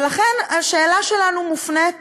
ולכן, השאלה שלנו מופנית